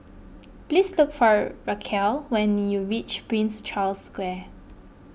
please look for Rachael when you reach Prince Charles Square